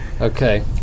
Okay